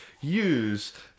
use